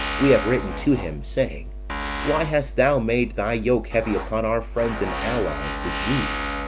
we have written to him, saying why hast thou made thy yoke heavy upon our friends and allies, the jews.